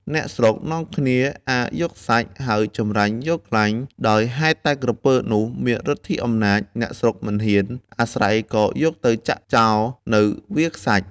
អ្នកស្រុកនាំគ្នាអារយកសាច់ ហើយចម្រាញ់យកខ្លាញ់ ដោយហេតុតែក្រពើនោះ មានឫទ្ធិអំណាច អ្នកស្រុកមិនហ៊ានអាស្រ័យក៏យកទៅចាក់ចោលនៅវាលខ្សាច់ ។